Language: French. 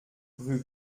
rue